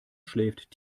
schläft